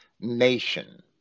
nation